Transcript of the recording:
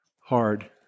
hard